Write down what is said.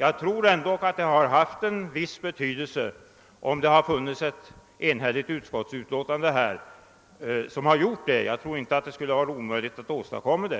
Jag tror att det skulle haft en viss betydelse om det hade förelegat ett enhälligt kritiskt uttalande i det fallet, och jag tror inte att det skulle ha varit omöjligt att åstadkomma ett